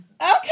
Okay